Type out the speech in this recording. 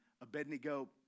Abednego